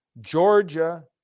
Georgia